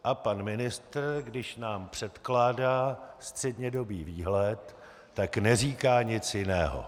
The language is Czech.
A pan ministr, když nám předkládá střednědobý výhled, tak neříká nic jiného.